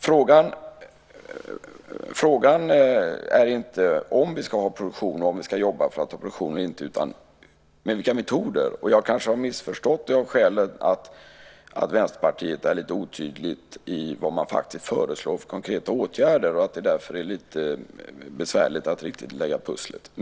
Frågan är inte om vi ska ha produktion eller inte utan vilka metoder vi ska använda i den. Jag har kanske missförstått frågorna av det skälet att Vänsterpartiet faktiskt är lite otydligt om vilka konkreta åtgärder som man föreslår. Därför blir det lite besvärligt att få pusslet att gå ihop.